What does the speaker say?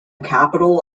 capital